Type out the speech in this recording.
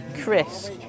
Chris